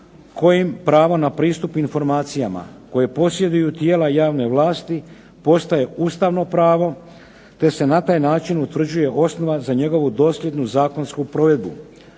kojim pravo na pristup informacijama koje posjeduju tijela javne vlasti, postaje Ustavno pravo te se na taj način utvrđuje osnova za njegovu dosljednu zakonsku provedbu.